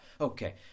Okay